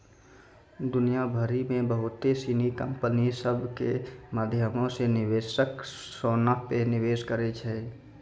दुनिया भरि मे बहुते सिनी कंपनी सभ के माध्यमो से निवेशक सोना पे निवेश करै छै